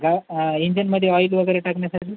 गा इंजनमध्ये ऑईल वगैरे टाकण्यासाठी